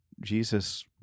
Jesus